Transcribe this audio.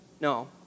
No